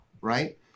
right